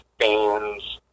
fans